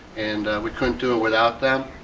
and we couldn't do it without them.